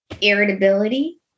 irritability